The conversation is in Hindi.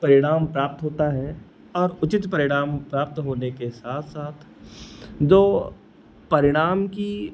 परिणाम प्राप्त होता है और उचित परिणाम प्राप्त होने के साथ साथ जो परिणाम की